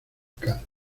encanto